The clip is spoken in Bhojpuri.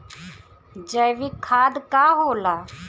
जैवीक खाद का होला?